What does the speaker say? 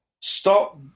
Stop